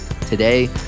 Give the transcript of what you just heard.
Today